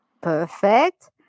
Perfect